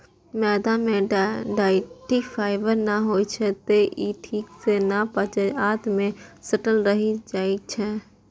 मैदा मे dietary fibre नै होइ छै, तें ई ठीक सं नै पचै छै आ आंत मे सटल रहि जाइ छै